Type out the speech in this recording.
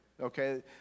okay